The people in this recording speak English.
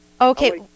Okay